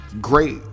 Great